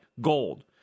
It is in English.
gold